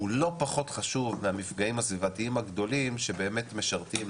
הוא לא פחות חשוב מהמפגעים הסביבתיים הגדולים שבאמת משרתים,